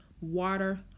water